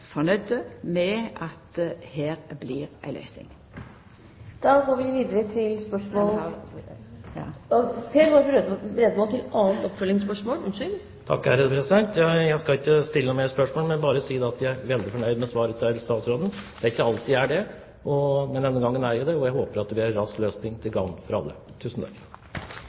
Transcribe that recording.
ei løysing. Jeg skal ikke stille flere spørsmål, men bare si at jeg er veldig fornøyd med svaret til statsråden. Det er ikke alltid jeg er det, men denne gangen er jeg det. Jeg håper det blir en rask løsning til gagn for alle.